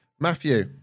Matthew